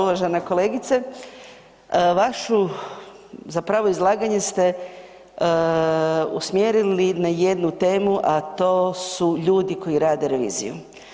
Uvažena kolegice, vaše zapravo izlaganje ste usmjerili na jednu temu a to su ljudi koji rade reviziju.